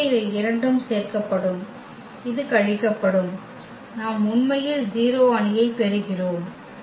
எனவே இவை இரண்டும் சேர்க்கப்படும் இது கழிக்கப்படும் நாம் உண்மையில் 0 அணியைப் பெறுகிறோம்